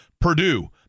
Purdue